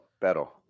Pero